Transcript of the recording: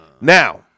Now